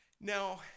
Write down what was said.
Now